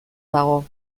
dago